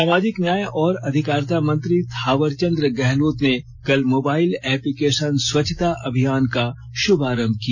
सामाजिक न्याय और अधिकारिता मंत्री थावर चंद गहलोत ने कल मोबाइल एप्लीकेशन स्वच्छता अभियान का शुभारंभ किया